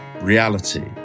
reality